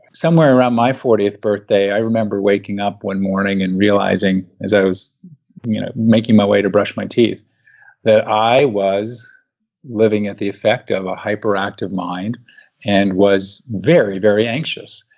somewhere around my fortieth birthday i remember waking up one morning and realizing as i was you know making my way to brush my teeth that i was living at the effect of a hyperactive mind and was very, very anxious.